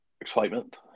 excitement